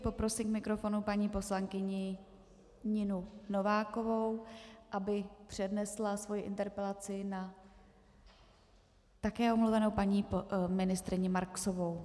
Poprosím k mikrofonu paní poslankyni Ninu Novákovou, aby přednesla svoji interpelaci na také omluvenou paní ministryni Marksovou.